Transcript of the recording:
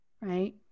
Right